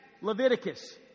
Leviticus